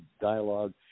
dialogue